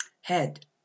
Head